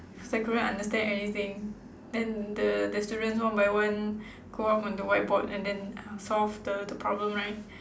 cause I couldn't understand anything then the the students one by one go out on the whiteboard and then uh solve the the problem right